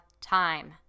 time